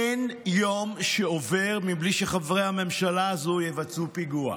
אין יום שעובר מבלי שחברי הממשלה הזו יבצעו פיגוע.